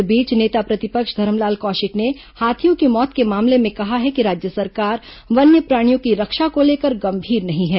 इस बीच नेता प्रतिपक्ष धरमलाल कौशिक ने हाथियों की मौत के मामले में कहा है कि राज्य सरकार वन्यप्राणियों की रक्षा को लेकर गंभीर नहीं है